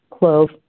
clove